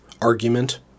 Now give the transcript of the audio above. argument